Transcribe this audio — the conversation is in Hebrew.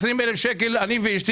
אלף שקל.